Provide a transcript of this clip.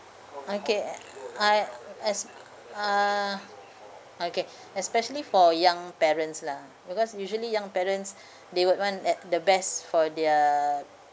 okay uh I as uh okay especially for young parents lah because usually young parents they would want at the best for their